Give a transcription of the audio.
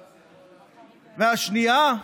והשנייה,